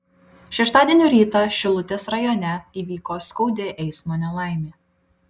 šeštadienio rytą šilutės rajone įvyko skaudi eismo nelaimė